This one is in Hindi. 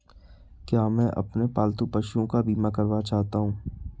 क्या मैं अपने पालतू पशुओं का बीमा करवा सकता हूं?